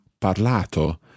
parlato